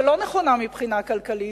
שלא נכונה מבחינה כלכלית,